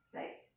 like